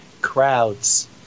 crowds